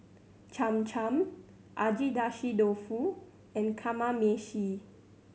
Cham Cham Agedashi Dofu and Kamameshi